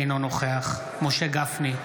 אינו נוכח משה גפני,